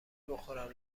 بخورم